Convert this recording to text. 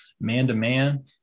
man-to-man